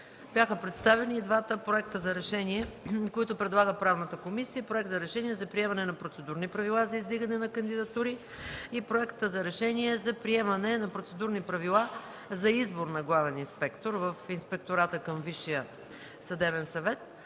Бяха представени и двата проекта за решение, които предлага Правната комисия – Проект за решение за Процедурни правила за издигане на кандидатури и Проект за решение за приемане на процедурни правила за избор на главен инспектор в Инспектората към Висшия съдебен съвет.